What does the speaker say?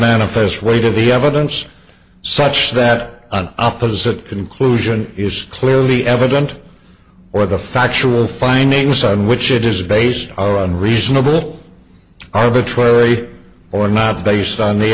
manifest weight of the evidence such that an opposite conclusion is clearly evident or the factual findings on which it is based are on reasonable arbitrary or not based on the